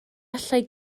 allai